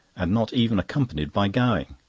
and not even accompanied by gowing.